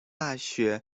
大学